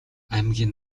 аймгийн